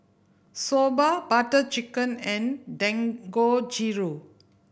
Soba Butter Chicken and Dangojiru